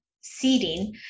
seeding